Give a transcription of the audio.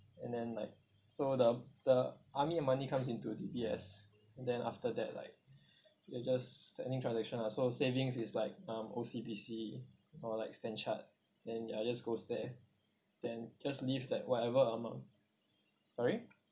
and then like so the the I mean the money comes into D_B_S and then after that like they're just any transaction ah so savings is like um O_C_B_C or like stand chart then the others goes there then just leave that whatever amount sorry